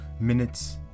Minutes